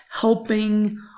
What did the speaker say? helping